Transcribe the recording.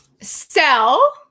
Sell